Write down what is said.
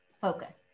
focus